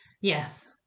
Yes